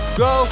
go